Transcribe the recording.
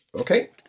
Okay